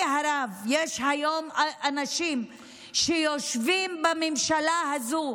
הרב יש היום אנשים שיושבים בממשלה הזו,